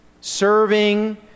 serving